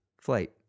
flight